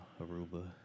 Aruba